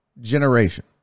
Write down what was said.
generation